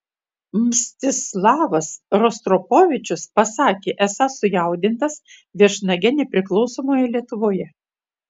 mstislavas rostropovičius pasakė esąs sujaudintas viešnage nepriklausomoje lietuvoje